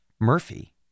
Murphy